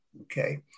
Okay